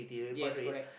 yes correct